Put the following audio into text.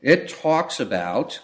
it talks about